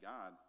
God